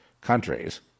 countries